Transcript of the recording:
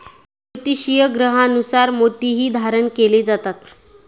ज्योतिषीय ग्रहांनुसार मोतीही धारण केले जातात